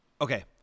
Okay